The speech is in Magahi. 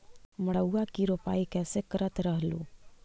मड़उआ की रोपाई कैसे करत रहलू?